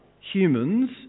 humans